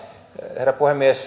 herra puhemies